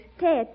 Ted